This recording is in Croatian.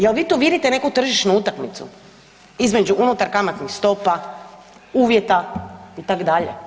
Jel' vi tu vidite neku tržišnu utakmicu između unutar kamatnih stopa, uvjeta itd.